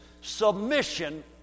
submission